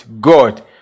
God